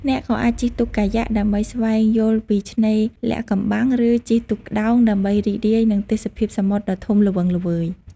អ្នកក៏អាច ជិះទូកកាយ៉ាក់ ដើម្បីស្វែងយល់ពីឆ្នេរលាក់កំបាំង ឬ ជិះទូកក្តោង ដើម្បីរីករាយនឹងទេសភាពសមុទ្រដ៏ធំល្វឹងល្វើយ។